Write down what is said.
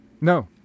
No